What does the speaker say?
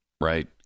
Right